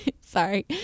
Sorry